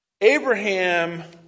Abraham